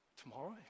tomorrow